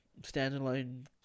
standalone